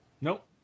Nope